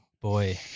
Boy